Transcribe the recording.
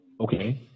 okay